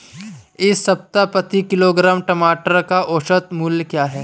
इस सप्ताह प्रति किलोग्राम टमाटर का औसत मूल्य क्या है?